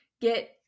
get